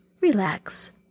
relax